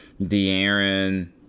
De'Aaron